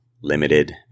limited